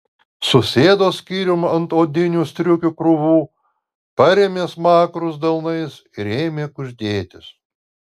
susėdo skyrium ant odinių striukių krūvų parėmė smakrus delnais ir ėmė kuždėtis